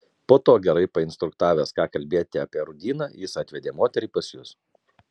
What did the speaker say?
po to gerai painstruktavęs ką kalbėti apie rūdyną jis atvedė moterį pas jus